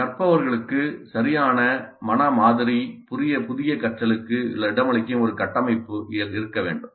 கற்பவர்களுக்கு சரியான மன மாதிரி புதிய கற்றலுக்கு இடமளிக்கும் ஒரு கட்டமைப்பு இருக்க வேண்டும்